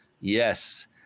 Yes